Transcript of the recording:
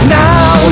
now